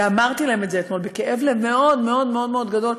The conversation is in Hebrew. ואמרתי להם את זה אתמול בכאב לב מאוד מאוד מאוד מאוד גדול.